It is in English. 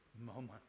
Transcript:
moment